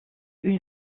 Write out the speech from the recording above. une